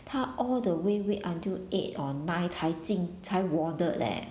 她 all the way wait until eight or nine 才进才 warded leh